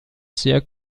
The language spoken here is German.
sehr